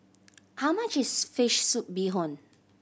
how much is fish soup bee hoon